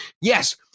yes